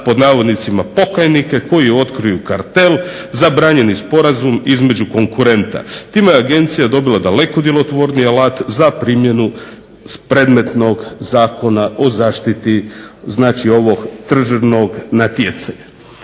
kazni za "pokajnike" koji otkriju kartel, zabranjeni sporazum između konkurenta. Time je agencija dobila daleko djelotvorniji alat za primjenu predmetnog Zakona o zaštiti tržišnog natjecanja".